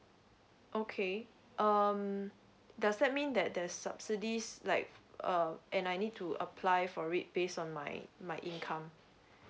okay um does that mean that there's subsidies like um and I need to apply for it based on my my income